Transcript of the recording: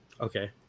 Okay